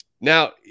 now